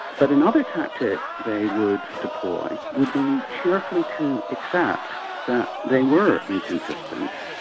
but another tactic they would deploy would be cheerfully to accept that they were inconsistent,